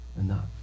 enough